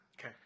Okay